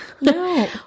no